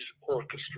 orchestra